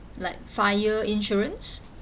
like fire insurance